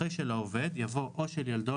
אחרי "של העובד" יבוא "או של ילדו,